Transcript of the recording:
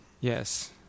Yes